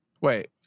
Wait